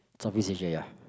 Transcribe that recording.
South East Asia ya